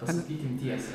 pasakykim tiesą